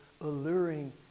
alluring